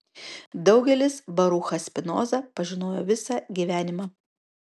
daugelis baruchą spinozą pažinojo visą gyvenimą